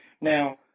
Now